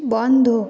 বন্ধ